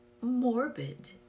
morbid